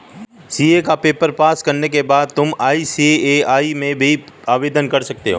CA का paper pass करने के बाद तुम आई.सी.ए.आई में भी आवेदन कर सकते हो